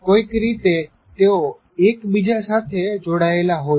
કોઇક રીતે તેઓ એકબીજા સાથે જોડાયેલા હોય છે